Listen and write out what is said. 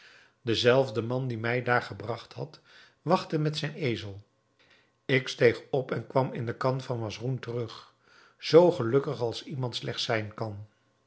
zelfde man die mij daar gebragt had wachtte met zijn ezel ik steeg op en kwam in de kahn van masroun terug zoo gelukkig als iemand slechts zijn kan